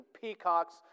peacocks